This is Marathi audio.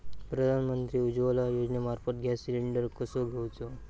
प्रधानमंत्री उज्वला योजनेमार्फत गॅस सिलिंडर कसो घेऊचो?